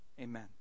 Amen